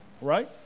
Right